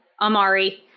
Amari